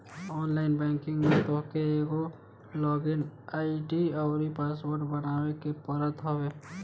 online banking में तोहके एगो लॉग इन आई.डी अउरी पासवर्ड बनावे के पड़त हवे